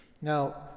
Now